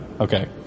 Okay